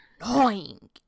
annoying